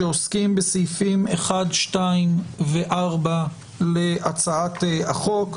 שעוסקים בסעיפים 1, 2 ו-4 להצעת החוק.